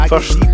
First